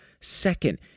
Second